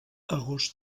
agost